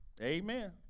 Amen